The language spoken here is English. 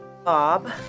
Bob